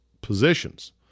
positions